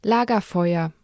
Lagerfeuer